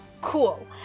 Cool